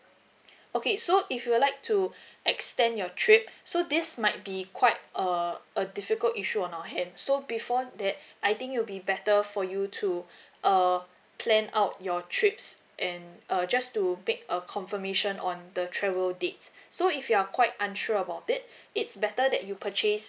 okay so if you would like to extend your trip so this might be quite a a difficult issue on our hands so before that I think it will be better for you to uh plan out your trips and uh just to make a confirmation on the travel dates so if you are quite unsure about it it's better that you purchase